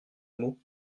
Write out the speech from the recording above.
mot